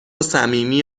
صمیمی